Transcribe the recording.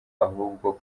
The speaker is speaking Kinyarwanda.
ahubwo